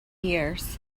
years